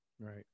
right